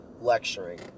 lecturing